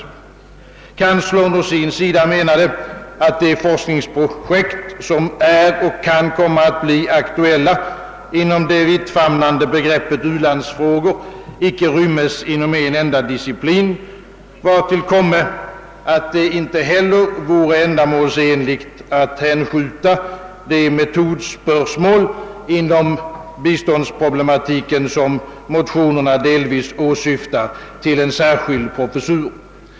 Universitetskanslern å sin sida menade, att de forskningsprojekt, som är och kan komma att bli aktuella inom det vittfamnande begreppet u-landsfrågor, icke rymdes inom en enda disciplin, vartill komme att det inte heller vore ändamålsenligt att hänskjuta de metodspörsmål inom biståndsproblematiken, som motionärerna delvis åsyftade, till en särskild professur.